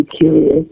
curious